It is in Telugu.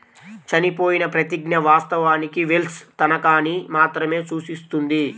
చనిపోయిన ప్రతిజ్ఞ, వాస్తవానికి వెల్ష్ తనఖాని మాత్రమే సూచిస్తుంది